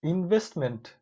Investment